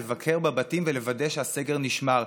לבקר בבתים ולוודא שהסגר נשמר.